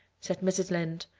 said mrs. lynde.